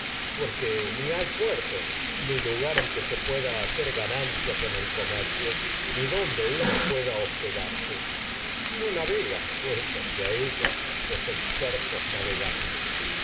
que ni hay puerto ni lugar en que se pueda hacer ga con nancia el comercio ni donde uno pueda hospedarse pues no navegan hacia ella los expertos navegantes